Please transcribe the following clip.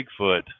Bigfoot